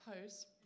pose